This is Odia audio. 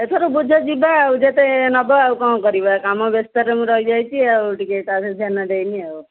ଏଥର ବୁଝ ଯିବା ଆଉ ଯେତେ ନେବ ଆଉ କ'ଣ କରିବା କାମ ବ୍ୟସ୍ଥରେ ମୁଁ ରହି ଯାଇଛି ଆଉ ଟିକେ ତା ଦେହରେ ଧ୍ୟାନ ଦେଇନି ଆଉ